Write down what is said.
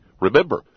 Remember